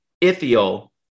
Ithiel